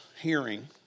hearing